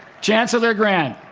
chancellor grant,